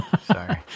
Sorry